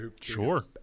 Sure